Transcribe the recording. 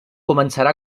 començarà